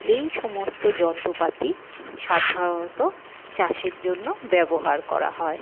এই সমস্ত যন্ত্রপাতি সাধারণত চাষের জন্য ব্যবহার করা হয়